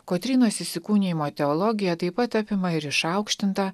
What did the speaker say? kotrynos įsikūnijimo teologija taip pat apima ir išaukštintą